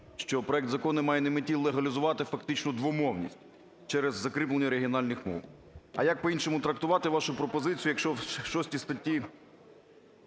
що проект Закону має на меті легалізувати фактично двомовність через закріплення регіональних мов. А як по-іншому трактувати вашу пропозицію, якщо в 6 статті